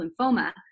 lymphoma